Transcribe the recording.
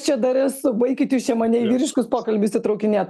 čia dar ir su baikit jūs čia mane į vyriškus pokalbius įtraukinėt